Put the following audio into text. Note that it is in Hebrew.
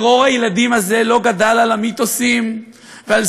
טרור הילדים הזה לא גדל על המיתוסים ועל